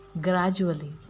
gradually